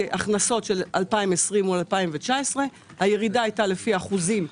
הכנסות של 2020 מול 2019. הירידה הייתה לפי אחוזים,